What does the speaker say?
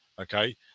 okay